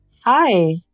Hi